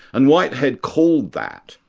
and whitehead called that,